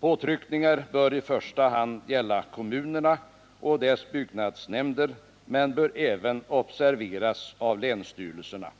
Påtryckningar bör i första hand gälla kommunerna och deras byggnadsnämnder men bör även observeras av länsstyrelserna.